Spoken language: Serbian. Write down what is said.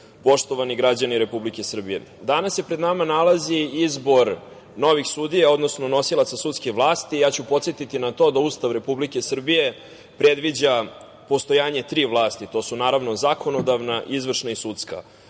poštovani građani Republike Srbije, danas se pred nama nalazi izbor novih sudija, odnosno nosioca sudske vlasti. Podsetiću na to da Ustav Republike Srbije predviđa postojanje tri vlasti. To su, naravno, zakonodavna, izvršna i sudska.